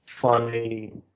funny